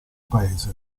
paese